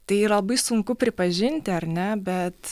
tai yra labai sunku pripažinti ar ne bet